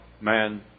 man